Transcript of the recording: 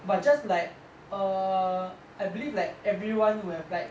but just like err I believe like everyone who have like